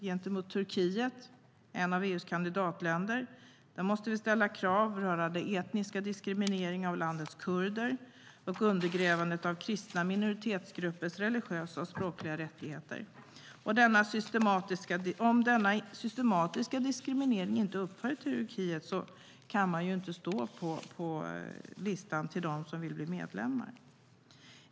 Gentemot Turkiet, ett av EU:s kandidatländer, måste vi ställa krav rörande den etniska diskrimineringen av landets kurder och undergrävandet av kristna minoritetsgruppers religiösa och språkliga rättigheter. Om denna systematiska diskriminering inte upphör i Turkiet kan man inte stå på listan över dem som vill bli medlemmar.